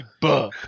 buh